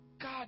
God